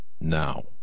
now